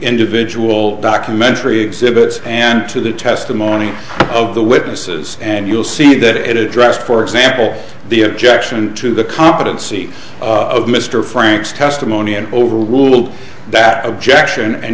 individual documentary exhibits and to the testimony of the witnesses and you'll see that addressed for example the objection to the competency of mr frank's testimony and over ruled that objection and